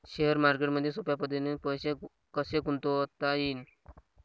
Share मार्केटमधी सोप्या पद्धतीने पैसे कसे गुंतवता येईन?